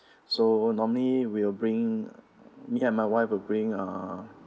so normally we'll bring me and my wife will bring uh